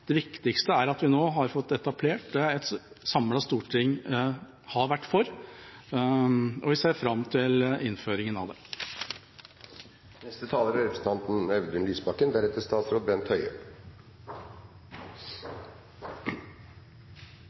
Det viktigste er at vi nå har fått etablert et system et samlet storting har vært for, og vi ser fram til innføringen av det. Det er